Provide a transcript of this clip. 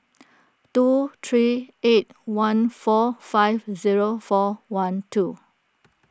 two three eight one four five zero four one two